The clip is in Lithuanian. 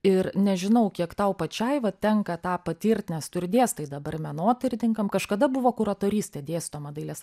ir nežinau kiek tau pačiai va tenka tą patirt nes tu ir dėstai dabar menotyrininkam kažkada buvo kuratorystė dėstoma dailės